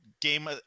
game